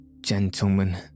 Gentlemen